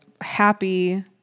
happy